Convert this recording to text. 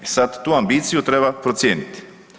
E sad tu ambiciju treba procijeniti.